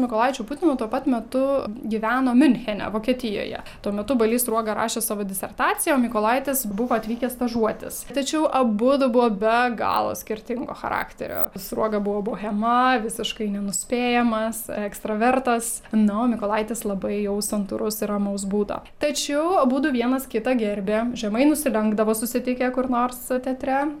mykolaičiu putinu tuo pat metu gyveno miunchene vokietijoje tuo metu balys sruoga rašė savo disertaciją o mykolaitis buvo atvykęs stažuotis tačiau abudu buvo be galo skirtingo charakterio sruoga buvo bohema visiškai nenuspėjamas ekstravertas na o mykolaitis labai jau santūrus ir ramaus būdo tačiau abudu vienas kitą gerbė žemai nusilenkdavo susitikę kur nors teatre